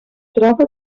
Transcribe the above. troba